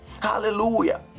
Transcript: Hallelujah